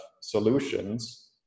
solutions